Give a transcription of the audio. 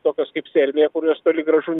tokios kaip serbija kurios toli gražu